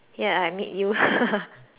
hahaha